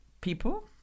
people